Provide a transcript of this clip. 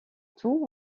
tout